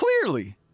Clearly